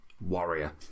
warrior